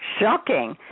shocking